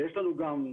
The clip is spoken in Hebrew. ויש לנו גם,